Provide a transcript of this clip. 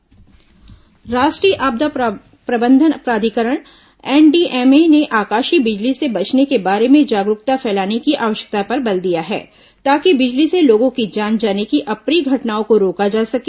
आकाशीय बिजली उपाय राष्ट्रीय आपदा प्रबंधन प्राधिकरण एनडीएमए ने आकाशीय बिजली से बचने के बारे में जागरूकता फैलाने की आवश्यकता पर बल दिया है ताकि बिजली से लोगों की जान जाने की अप्रिय घटनाओं को रोका जा सके